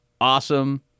awesome